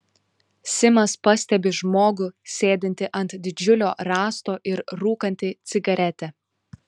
simas pastebi žmogų sėdintį ant didžiulio rąsto ir rūkantį cigaretę